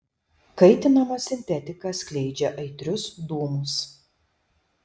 kaitinama sintetika skleidžia aitrius dūmus